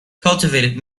cultivated